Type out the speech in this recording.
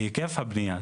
בהיקף הבנייה.